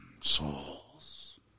Souls